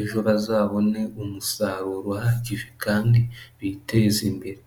ejo bazabone umusaruro uhagije kandi biteze imbere.